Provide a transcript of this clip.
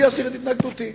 אני אסיר את התנגדותי.